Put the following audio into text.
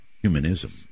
humanism